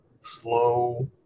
slow